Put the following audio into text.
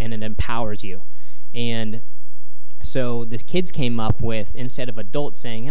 and empowers you and so this kids came up with instead of adults saying